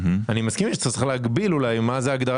אני מסכים איתך שצריך להגביל אולי מה זאת הגדרה